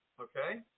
Okay